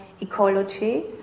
ecology